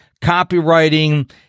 copywriting